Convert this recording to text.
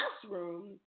classroom